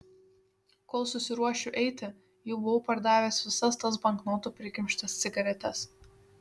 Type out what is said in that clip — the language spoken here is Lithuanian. kol susiruošiu eiti jau buvau perdavęs visas tas banknotų prikimštas cigaretes